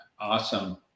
awesome